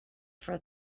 for